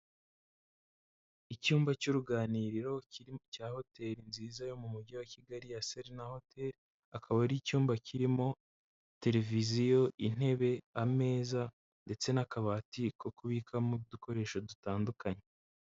Icyumba cy'uruganiriro cya hoteri nziza yo mu mujyi wa Kigali ya Serena hoteri, akaba ari icyumba kirimo tereviziyo, intebe, ameza ndetse n'akabati ko kubikamo udukoresho dutandukanye.